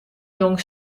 jong